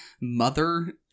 mother